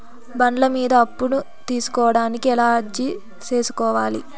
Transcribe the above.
బండ్ల మీద అప్పును తీసుకోడానికి ఎలా అర్జీ సేసుకోవాలి?